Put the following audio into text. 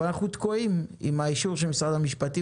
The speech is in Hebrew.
אבל אנחנו תקועים עם האישור של משרד המשפטים.